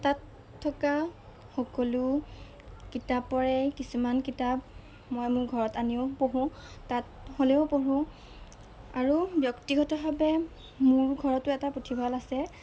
তাত থকা সকলো কিতাপৰে কিছুমান কিতাপ মই মোৰ ঘৰত আনিও পঢ়োঁ তাত হ'লেও পঢ়োঁ আৰু ব্যক্তিগতভাৱে মোৰ ঘৰতো এটা পুঠিভঁৰাল আছে